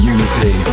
Unity